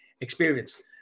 experience